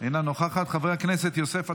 אינה נוכחת, חבר הכנסת יוסף עטאונה,